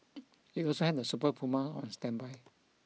it also had a Super Puma on standby